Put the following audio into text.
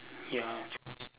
ya